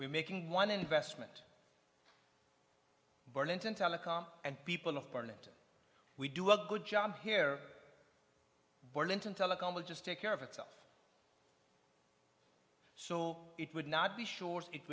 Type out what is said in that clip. we're making one investment burlington telecom and people of barnett we do a good job here burlington telecom will just take care of itself so it would not be short it